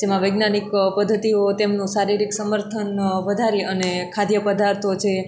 જેમાં વૈજ્ઞાનિક પદ્ધતિઓ તેમનું શારીરિક સમર્થન વધારી અને ખાદ્ય પદાર્થો છે